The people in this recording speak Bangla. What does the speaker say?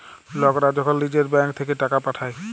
লকরা যখল লিজের ব্যাংক থ্যাইকে টাকা পাঠায়